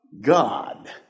God